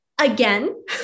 again